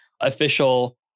official